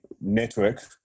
network